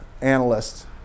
analysts